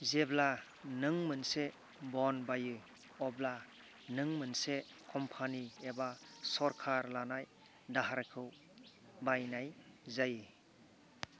जेब्ला नों मोनसे ब'न्ड बायो अब्ला नों मोनसे कम्पानी एबा सरकार लानाय दाहारखौ बायनाय जायो